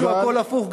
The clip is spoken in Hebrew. איכשהו הכול הפוך.